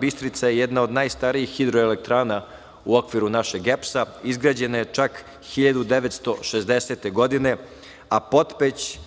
Bistrica je jedna od najstarijih hidroelektrana u okviru našeg EPS-a, izgrađena je čak 1960. godine, a Potpeć